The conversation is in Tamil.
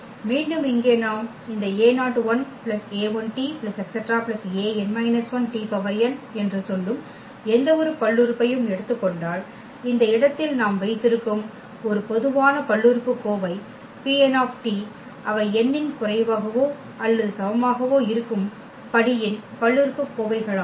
எனவே மீண்டும் இங்கே நாம் இந்த a01 a1t ⋯ an−1tn என்று சொல்லும் எந்தவொரு பல்லுறுப்புறுப்பையும் எடுத்துக் கொண்டால் இந்த இடத்தில் நாம் வைத்திருக்கும் ஒரு பொதுவான பல்லுறுப்புக்கோவை Pn அவை n இன் குறைவாகவோ அல்லது சமமாகவோ இருக்கும் படியின் பல்லுறுப்புக்கோவைகளாகும்